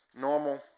normal